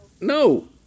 No